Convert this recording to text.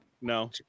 No